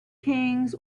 kings